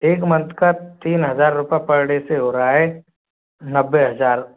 एक मंथ का तीन हज़ार रुपये पर डे से हो रहा है नब्बे हज़ार